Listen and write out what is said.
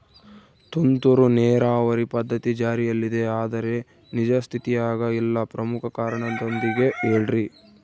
ತುಂತುರು ನೇರಾವರಿ ಪದ್ಧತಿ ಜಾರಿಯಲ್ಲಿದೆ ಆದರೆ ನಿಜ ಸ್ಥಿತಿಯಾಗ ಇಲ್ಲ ಪ್ರಮುಖ ಕಾರಣದೊಂದಿಗೆ ಹೇಳ್ರಿ?